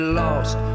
lost